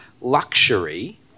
luxury